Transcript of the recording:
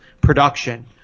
production